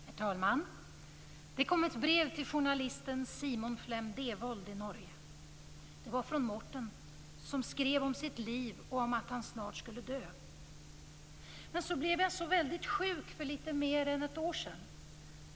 Herr talman! Det kom ett brev till journalisten Han skrev om sitt liv och om att han snart skulle dö: "Men så blev jag så väldigt sjuk för lite mer än ett år sedan.